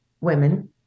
women